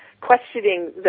questioning